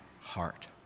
heart